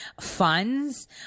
funds